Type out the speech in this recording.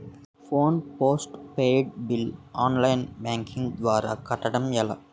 Phone postpaid bill online banking ద్వారా కట్టడం ఎలా?